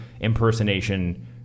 impersonation